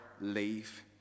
leave